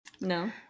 No